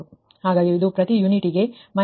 ಹಾಗಾಗಿ ಇದು ಪ್ರತಿ ಯೂನಿಟ್'ಗೆ −1